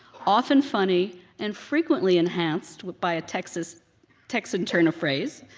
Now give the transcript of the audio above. often funny and frequently enhanced by a texan texan turn-of-phrase,